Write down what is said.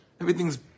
everything's